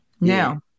now